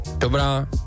Dobrá